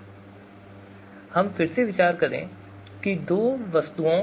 अब हम फिर से विचार करें कि दो वस्तुओं